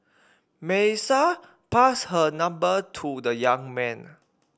Melissa passed her number to the young man